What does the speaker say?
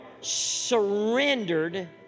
surrendered